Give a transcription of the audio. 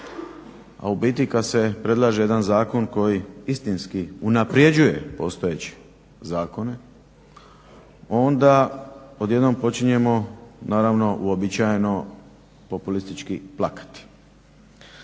a u biti kada se predlaže jedan zakon koji istinski unapređuje postojeće zakone onda odjednom počinjemo naravno uobičajeno populistički plakati.